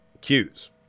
cues